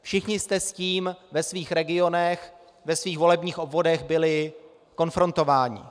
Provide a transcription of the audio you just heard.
Všichni jste s tím ve svých regionech, ve svých volebních obvodech byli konfrontováni.